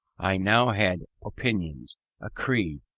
i now had opinions a creed,